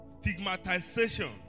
stigmatization